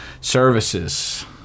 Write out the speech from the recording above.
Services